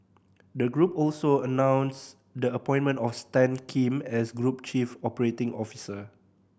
the group also announced the appointment of Stan Kim as group chief operating officer